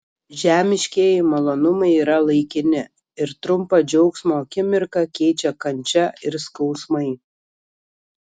žemiškieji malonumai yra laikini ir trumpą džiaugsmo akimirką keičia kančia ir skausmai